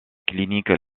cliniques